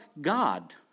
God